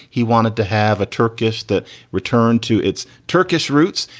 he wanted to have a turkish that return to its turkish roots.